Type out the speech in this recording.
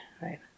right